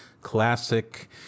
classic